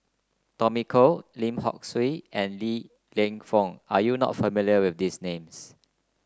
Tommy Koh Lim Hock Siew and Li Lienfung are you not familiar with these names